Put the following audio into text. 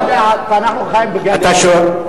אנחנו חיים בגן-עדן.